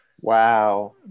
Wow